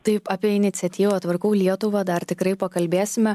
taip apie iniciatyvą tvarkau lietuvą dar tikrai pakalbėsime